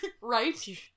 Right